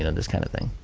this kind of thing.